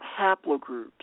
haplogroups